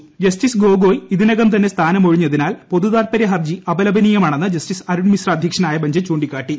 ക്ഷ്റ്റിസ് ഗോഗോയ് ഇതിനകം തന്നെ സ്ഥാനമൊഴിഞ്ഞതിന്ടാൽ പൊതുതാൽപര്യ ഹർജി അപലപനീയമാണെന്ന് ജസ്റ്റിസ് അരുൺ മിശ്ര അധ്യക്ഷനായ ബെഞ്ച് ചൂണ്ടിക്കാട്ടി